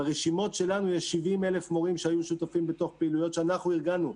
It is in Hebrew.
ברשימות שלנו יש 70,000 מורים שהיו שותפים בתוך פעילויות שאנחנו ארגנו.